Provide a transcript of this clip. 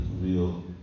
real